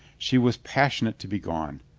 she was passionate to be gone.